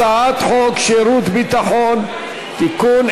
הצעת חוק שירות ביטחון (תיקון,